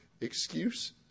excuse